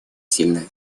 сильная